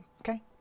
okay